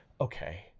okay